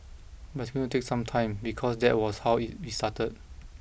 but it's going to take some time because that was how it it started